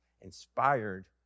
inspired